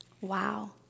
Wow